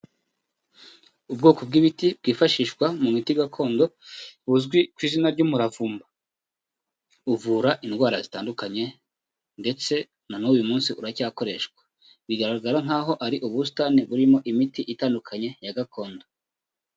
Ubwoko bw'ibiti bwifashishwa mu miti gakondo buzwi ku izina ry'umuravumba, uvura indwara zitandukanye ndetse na n'uyu munsi uracyakoreshwa, bigaragara nkaho ari ubusitani burimo imiti itandukanye ya gakondo.